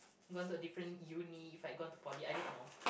gone to a different uni if I had gone to poly I don't know